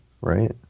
right